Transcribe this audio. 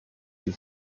sie